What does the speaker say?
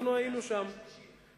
אנחנו היינו שם, לקריאה שנייה ושלישית.